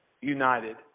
united